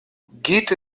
geht